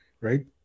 right